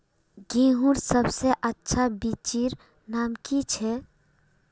गेहूँर सबसे अच्छा बिच्चीर नाम की छे?